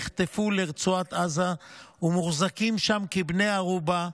נחטפו לרצועת עזה ומוחזקים שם כבני ערובה.